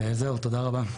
זהו, תודה רבה.